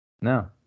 No